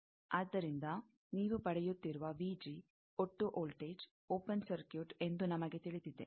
ಆದ್ದರಿಂದ ನೀವು ಪಡೆಯುತ್ತಿರುವ ಒಟ್ಟು ವೋಲ್ಟೇಜ್ ಓಪೆನ್ ಸರ್ಕ್ಯೂಟ್ ಎಂದು ನಮಗೆ ತಿಳಿದಿದೆ